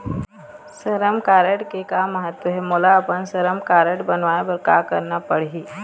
श्रम कारड के का महत्व हे, मोला अपन श्रम कारड बनवाए बार का करना पढ़ही?